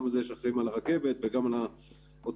גם אלה שאחראים על הרכבת וגם על האוטובוסים